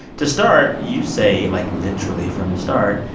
to start, you say, like, literally from the start,